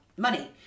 Money